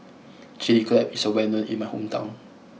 Chili Crab is well known in my hometown